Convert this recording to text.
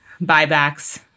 buybacks